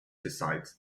decides